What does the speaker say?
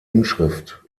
inschrift